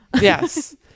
Yes